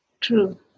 True